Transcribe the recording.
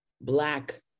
black